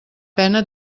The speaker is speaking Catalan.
pena